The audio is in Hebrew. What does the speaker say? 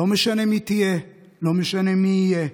לא משנה מי תהיה,